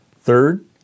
Third